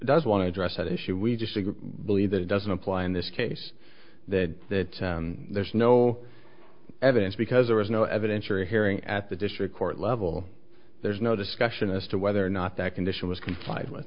does want to address that issue we just believe that it doesn't apply in this case that that there's no evidence because there was no evidentiary hearing at the district court level there's no discussion as to whether or not that condition was complied with